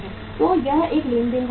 तो यह एक लेनदेन का मकसद है